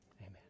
Amen